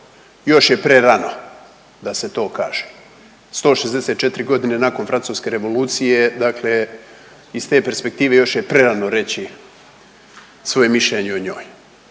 još je prerano da se to kaže. 160 godina nakon Francuske revolucije, dakle iz te perspektive još je prerano reći svoje mišljenje o njoj.